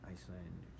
Iceland